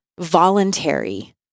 voluntary